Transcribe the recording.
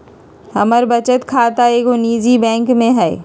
हमर बचत खता एगो निजी बैंक में हइ